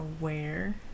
aware